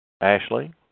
Ashley